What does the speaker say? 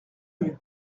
mieux